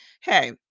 Hey